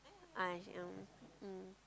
ah she um